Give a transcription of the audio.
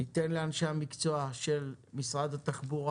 ניתן לאנשי המקצוע של משרד התחבורה